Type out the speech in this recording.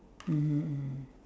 mmhmm mm